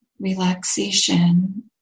relaxation